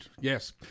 yes